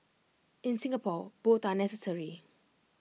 in Singapore both are necessary